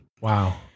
Wow